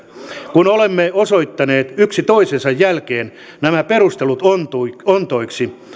kun olemme osoittaneet yksi toisensa jälkeen nämä perustelut ontoiksi ontoiksi